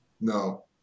No